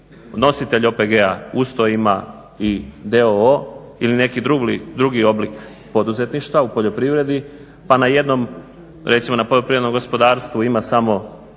nositelj OPG-a uz to ima i d.o.o. ili neki drugi oblik poduzetništva u poljoprivredi, pa na jednom recimo poljoprivrednom gospodarstvu ima samo